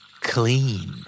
clean